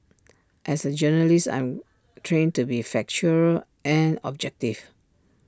as A journalist I'm trained to be factual and objective